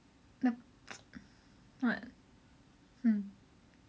hmm